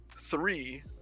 three